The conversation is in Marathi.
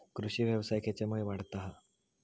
कृषीव्यवसाय खेच्यामुळे वाढता हा?